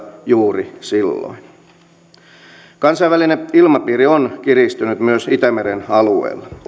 juuri silloin kansainvälinen ilmapiiri on kiristynyt myös itämeren alueella